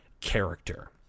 character